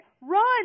run